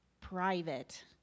private